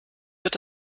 wird